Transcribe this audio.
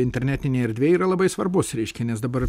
internetinėj erdvėj yra labai svarbus reiškia nes dabar